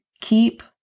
Keep